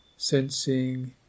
sensing